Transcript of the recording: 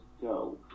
go